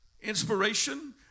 Inspiration